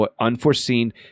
unforeseen